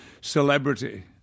celebrity